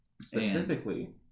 Specifically